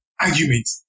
argument